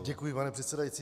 Děkuji, pane předsedající.